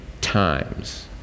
times